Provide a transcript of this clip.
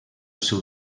seu